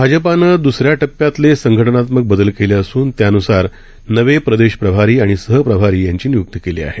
भाजपानं द्सऱ्या टप्प्यातले संघटनात्मक बदल केले असून त्यान्सार नवे प्रदेश प्रभारी आणि सहप्रभारींची निय्क्ती केली आहे